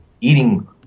Eating